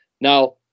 Now